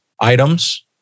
items